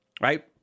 right